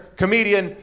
comedian